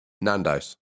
Nando's